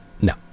no